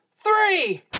three